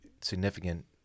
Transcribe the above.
significant